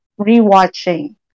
rewatching